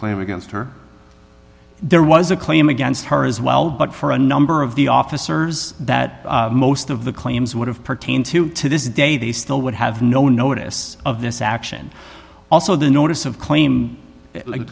claim against her there was a claim against her as well but for a number of the officers that most of the claims would have pertain to to this day they still would have no notice of this action also the notice of claim